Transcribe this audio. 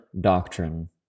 doctrine